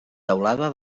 teulada